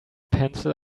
pencil